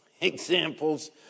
examples